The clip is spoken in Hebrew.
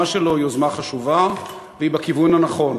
שלו היא יוזמה חשובה והיא בכיוון הנכון.